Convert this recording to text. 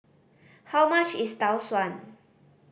how much is Tau Suan